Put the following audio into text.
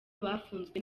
bafunzwe